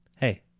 Hey